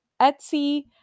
Etsy